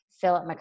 Philip